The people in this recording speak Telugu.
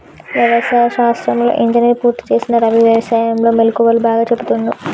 వ్యవసాయ శాస్త్రంలో ఇంజనీర్ పూర్తి చేసిన రవి వ్యసాయం లో మెళుకువలు బాగా చెపుతుండు